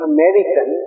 American